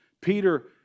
Peter